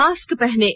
mask पहनें